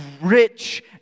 rich